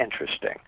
interesting